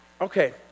Okay